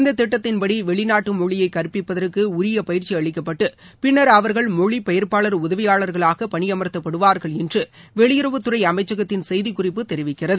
இந்த திட்டத்தின்படி வெளிநாட்டு மொழியை கற்பிப்பதற்கு உரிய பயிற்சி அளிக்கப்பட்டு பின்னர் அவர்கள் மொழி பெயர்ப்பாளர் உதவியாளர்களாக பணியமர்த்தப்படுவார்கள் என்று வெளியுறவுத்துறை அமைச்சகத்தின் செய்திக்குறிப்பு தெரிவிக்கிறது